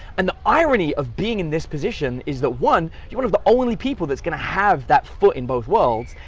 and the irony of being in this position is that one, you're one of the only people that's gonna have that foot in both worlds,